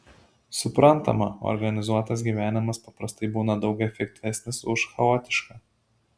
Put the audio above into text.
suprantama organizuotas gyvenimas paprastai būna daug efektyvesnis už chaotišką